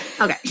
Okay